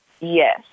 Yes